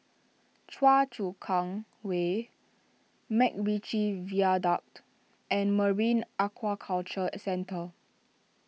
Choa Chu Kang Way MacRitchie Viaduct and Marine Aquaculture Centre